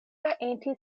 anti